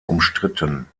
umstritten